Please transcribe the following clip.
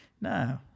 No